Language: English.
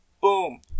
Boom